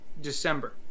December